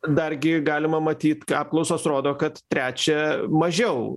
dargi galima matyt apklausos rodo kad trečią mažiau